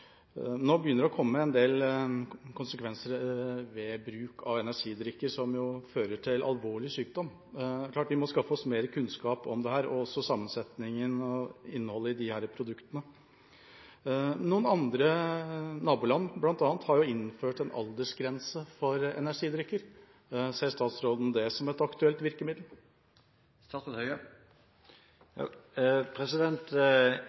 Nå begynner det å komme en del konsekvenser av bruk av energidrikker som fører til alvorlig sykdom. Det er klart at vi må skaffe oss mer kunnskap om dette, og også om sammensetningen og innholdet i disse produktene. Andre land, bl.a. vårt naboland, har innført en aldersgrense for energidrikker. Ser statsråden det som et aktuelt virkemiddel?